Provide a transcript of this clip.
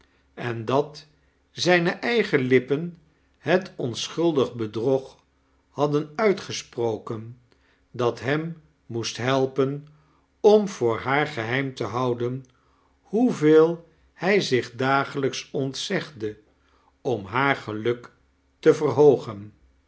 en dat zij-ne eigen lippen het onsehuldig bedrog hadden uitgesproken dat hem moest helpen om voor haar gehedm te houden hoeveel hij zich dagelijks ontzegde om haar geluk te verhoogen